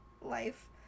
life